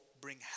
bring